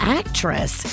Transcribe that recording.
actress